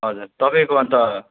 हजुर तपाईँको अन्त